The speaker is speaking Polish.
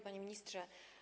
Panie Ministrze!